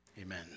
Amen